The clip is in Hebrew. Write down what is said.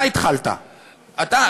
אתה התחלת, אתה.